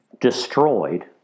destroyed